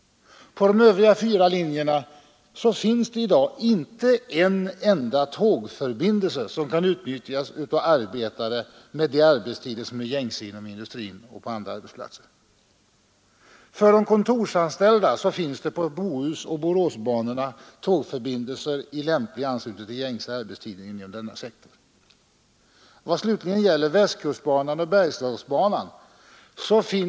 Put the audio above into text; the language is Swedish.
På de övriga fyra linjerna finns det i dag inte en enda tågförbindelse, som kan utnyttjas av arbetare med de arbetstider som är gängse inom industrin och på andra arbetsplatser. För de kontorsanställda finns det på Bohusoch Boråsbanorna Älvängen, Nol, Nödinge, Bohus och Surte.